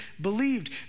believed